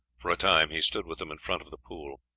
for a time he stood with them in front of the pool.